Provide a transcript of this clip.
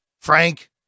Frank